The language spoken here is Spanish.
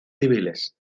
civiles